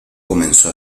comenzó